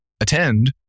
attend